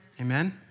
Amen